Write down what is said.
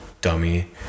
dummy